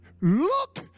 look